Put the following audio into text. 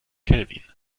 kelvin